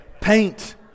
paint